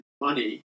money